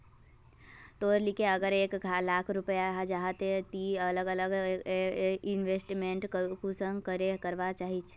तोर लिकी अगर एक लाख रुपया जाहा ते ती अलग अलग इन्वेस्टमेंट कुंसम करे करवा चाहचिस?